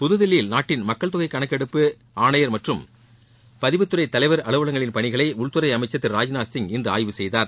புதுதில்லியில் நாட்டின் மக்கள் தொகை கணக்கெடுப்பு ஆணையர் மற்றும் பதிவுத்துறை தலைவர் அலுவலகங்களின் பணிகளை உள்துறை அமைச்சர் திரு ராஜ்நாத் சிங் இன்று ஆய்வு செய்தார்